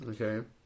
Okay